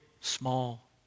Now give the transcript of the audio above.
small